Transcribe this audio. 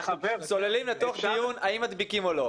אנחנו צוללים לתוך דיון האם מדביקים או לא.